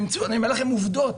אני אומר לכם עובדות,